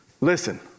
Listen